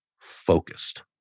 focused